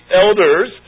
elders